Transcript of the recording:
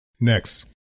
Next